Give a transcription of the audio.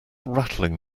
rattling